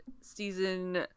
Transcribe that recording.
Season